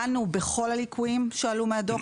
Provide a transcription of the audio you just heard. דנו בכל הליקויים שעלו מהדוח.